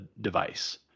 device